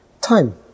time